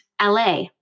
LA